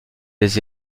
des